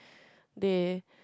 they